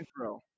throw